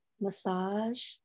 massage